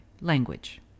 language